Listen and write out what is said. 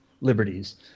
liberties